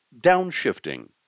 Downshifting